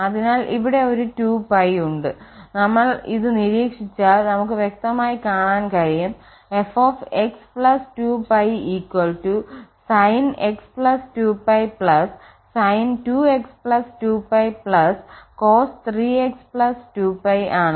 അതിനാൽ ഇവിടെ ഒരു 2π ഉണ്ട് നമ്മൾ ഇത് നിരീക്ഷിച്ചാൽ നമുക്ക് വ്യക്തമായി കാണാൻ കഴിയും fx 2π sinx 2π sin2x 2π cos3x 2π ആണ്